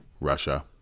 Russia